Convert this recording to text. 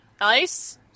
nice